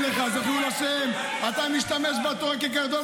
אתה לא יודע.